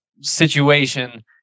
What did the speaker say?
situation